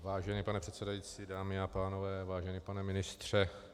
Vážený pane předsedající, dámy a pánové, vážený pane ministře...